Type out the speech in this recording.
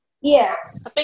Yes